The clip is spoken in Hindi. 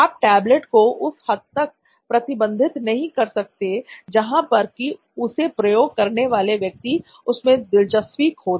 आप टेबलेट को उस हद तक प्रतिबंधित नहीं कर सकते जहां पर की उसे प्रयोग करने वाला व्यक्ति उसमे दिलचस्पी खो दे